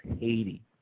Haiti